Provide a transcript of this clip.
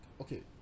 okay